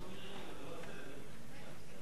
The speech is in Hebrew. למה מירי רגב?